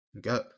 Go